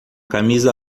camisa